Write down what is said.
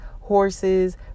horses